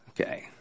Okay